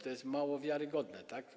To jest mało wiarygodnie, tak?